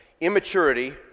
immaturity